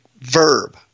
verb